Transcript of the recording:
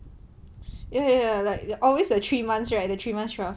ya ya ya like there's always the three months right the three months trial